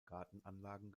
gartenanlagen